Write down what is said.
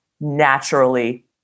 naturally